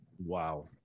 Wow